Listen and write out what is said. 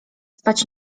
spać